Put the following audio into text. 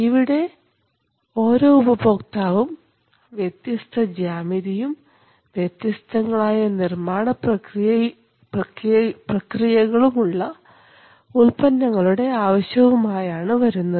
ഇവിടെ ഓരോ ഉപഭോക്താവും വ്യത്യസ്ത ജ്യാമിതിയും വ്യത്യസ്തങ്ങളായ നിർമ്മാണ പ്രക്രിയകളും ഉള്ള ഉൽപന്നങ്ങളുടെ ആവശ്യവുമായാണ് വരുന്നത്